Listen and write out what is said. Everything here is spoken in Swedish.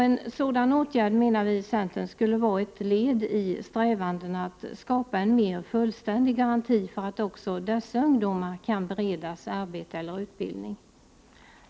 En sådan åtgärd menar vi i centern skulle vara ett led i strävandena att skapa en mer fullständig garanti för att också dessa ungdomar kan beredas arbete eller utbildning.